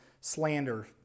slander